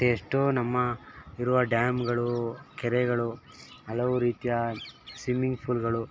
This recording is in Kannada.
ಮತ್ತು ಎಷ್ಟೋ ನಮ್ಮ ಇರುವ ಡ್ಯಾಮುಗಳು ಕೆರೆಗಳು ಹಲವು ರೀತಿಯ ಸ್ವಿಮ್ಮಿಂಗ್ ಪೂಲ್ಗಳು